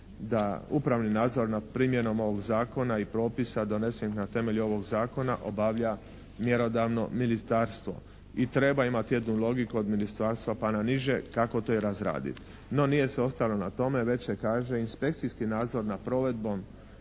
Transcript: da upravni nadzor nad primjenom ovog zakona i propisa donesenih na temelju ovog zakona obavlja mjerodavno ministarstvo i treba imati jednu logiku od ministarstva pa na niže, kako to i razraditi. No, nije se ostalo na tome već se kaže, inspekcijski nadzor nad provedbom